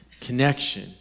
connection